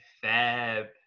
Fab